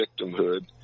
victimhood